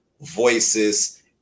voices